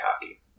hockey